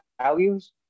values